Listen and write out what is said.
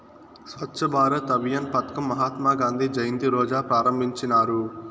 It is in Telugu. స్వచ్ఛ భారత్ అభియాన్ పదకం మహాత్మా గాంధీ జయంతి రోజా ప్రారంభించినారు